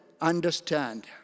understand